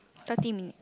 thirty minute